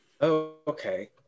Okay